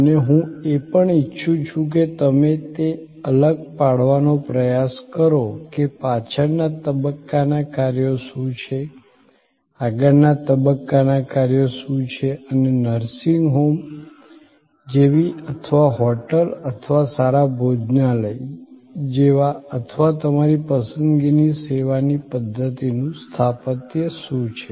અને હું એ પણ ઈચ્છું છું કે તમે તે અલગ પાડવાનો પ્રયાસ કરો કે પાછળના તબક્કાના કાર્યો શું છે આગળના તબક્કાના કાર્યો શું છે અને નર્સિંગ હોમ જેવી અથવા હોટેલ અથવા સારા ભોજનાલય જેવા અથવા તમારી પસંદગીની સેવાની પધ્ધતિનું સ્થાપત્ય શું છે